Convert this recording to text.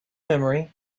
memory